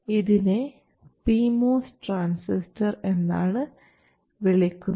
ഇതിനെ pMOS transistor എന്നാണ് വിളിക്കുന്നത്